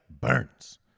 Burns